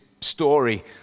story